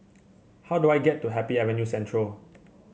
how do I get to Happy Avenue Central